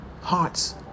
heart's